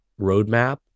roadmap